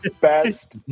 best